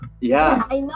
Yes